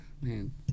Man